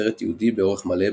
סרט תיעודי באורך מלא,